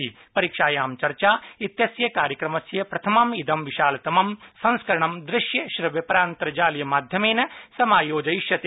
परीक्षायो चर्चा इत्यस्य कार्यक्रमस्य प्रथमम् इदं विशालतमं संस्करणं दृश्यश्रव्यपरान्तर्जालीयमाध्यमेन समायोजयिष्यते